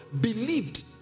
believed